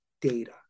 data